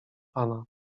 pana